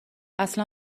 اصلا